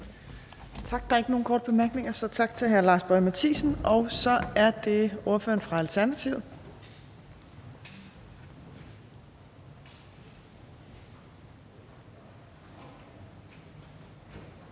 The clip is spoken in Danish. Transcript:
Tak. Der er ikke nogen korte bemærkninger, så tak til hr. Lars Boje Mathiesen. Og så er det ordføreren fra Alternativet.